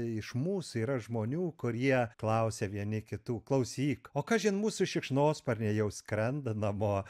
iš mūsų yra žmonių kurie klausia vieni kitų klausyk o kažin mūsų šikšnosparniai jau skrenda namo